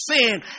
sin